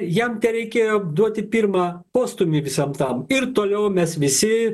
jam tereikėjo duoti pirmą postūmį visam tam ir toliau mes visi